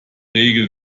regel